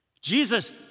Jesus